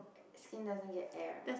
skin doesn't get air